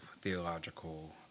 theological